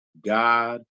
God